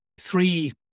three